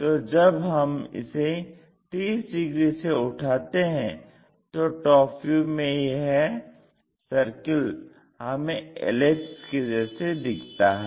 तो जब हम इसे 30 डिग्री से उठाते हैं तो TV में यह सर्किल हमें एक एलिप्स के जैसे दिखता है